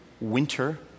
winter